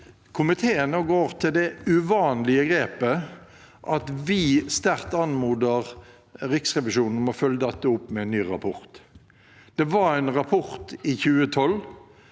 komiteen nå går til det uvanlige grepet at vi sterkt anmoder Riksrevisjonen om å følge dette opp med en ny rapport. Det var en rapport i 2012.